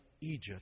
Egypt